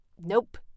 Nope